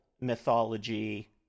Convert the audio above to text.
mythology